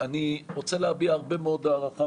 אני רוצה להביע הרבה מאוד הערכה,